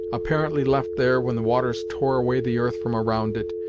apparently left there when the waters tore away the earth from around it,